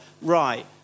right